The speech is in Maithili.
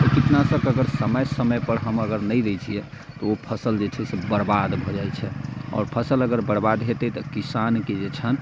कीटनाशक अगर समय समय पर हम अगर नहि दै छियै तऽ ओ फसल जे छै से बर्बाद भऽ जाइत छै आओर फसल अगर बर्बाद होयतै तऽ किसानके जे छनि